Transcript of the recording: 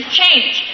change